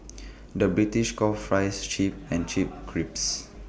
the British calls Fries Chips and Chips Crisps